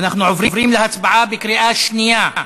אנחנו עוברים להצבעה בקריאה שנייה.